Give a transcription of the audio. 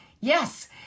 yes